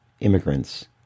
immigrants